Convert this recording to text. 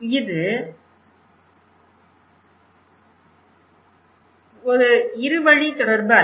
இது ஒரு இரு வழி தொடர்பு அல்ல